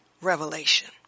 revelation